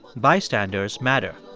bystanders matter.